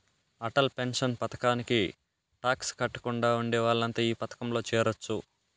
Atal pension పథకానికి tax కట్టకుండా ఉండే వాళ్లంతా ఈ పథకంలో చేరొచ్చు